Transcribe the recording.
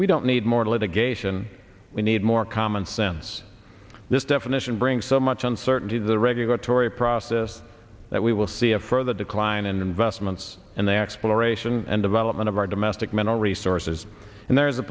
we don't need more litigation we need more common sense this definition brings so much uncertainty the regulatory process that we will see a further decline in investments in the exploration and development of our domestic mineral resources and there is a